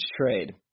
trade